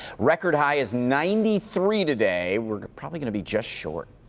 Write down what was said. record high is ninety three today. we're probably gonna be just short.